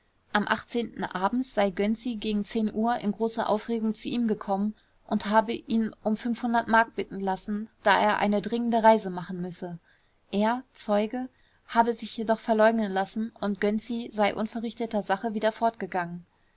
am abends sei gönczi gegen uhr in großer aufregung zu ihm gekommen und habe ihn um m bitten lassen da er eine dringende reise machen müsse er zeuge habe sich jedoch verleugnen lassen und gönczi sei unverrichteter sache wieder fortgegangen